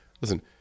Listen